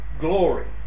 glory